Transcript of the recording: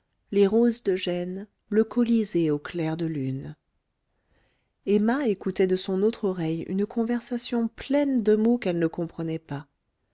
les roses de gênes le colisée au clair de lune emma écoutait de son autre oreille une conversation pleine de mots qu'elle ne comprenait pas